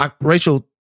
Rachel